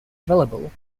available